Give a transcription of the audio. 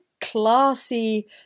classy